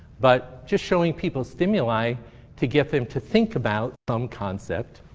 but just showing people stimuli to get them to think about some concept.